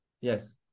Yes